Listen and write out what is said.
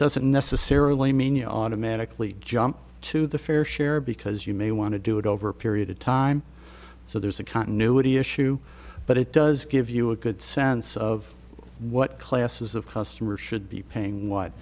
doesn't necessarily mean you automatically jump to the fair share because you may want to do it over a period of time so there's a continuity issue but it does give you a good sense of what classes of customers should be paying what